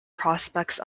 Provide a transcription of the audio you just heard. prospects